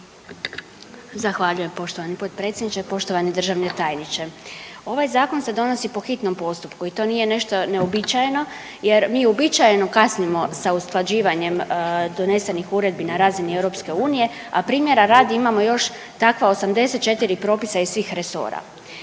Zahvaljujem gospodine potpredsjedniče, poštovani državni tajniče. Ovaj Zakon se donosi se donosi po hitnom postupku i to nije nešto neuobičajeno, jer mi uobičajeno kasnimo sa usklađivanjem donesenih Uredbi na razini Europske Unije a primjera radi imamo još takva 84 propisa iz svih resora.